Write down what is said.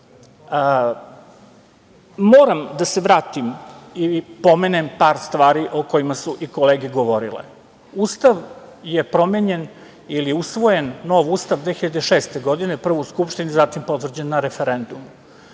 da se vratim i pomenem par stvari o kojima su i kolege govorile. Ustav je promenjen ili usvojen nov Ustav 2006. godine, prvo u Skupštini, zatim potvrđen na referendumu.